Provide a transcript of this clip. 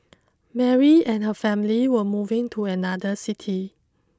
Mary and her family were moving to another city